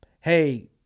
hey